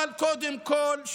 אבל קודם כול,